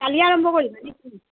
কালিয়ে আৰম্ভ কৰিবা নেকি